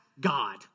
God